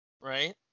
Right